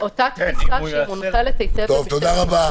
טוב, תודה רבה.